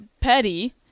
petty